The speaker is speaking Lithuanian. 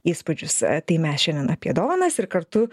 įspūdžius tai mes šiandien apie dovanas ir kartu